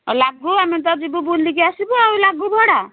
ଲାଗୁ ଆମେ ତ ଯିବୁ ବୁଲିକି ଆସିବୁ ଲାଗୁ ଭଡ଼ା